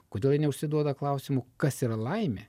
kodėl jie neužsiduoda klausimų kas yra laimė